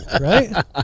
right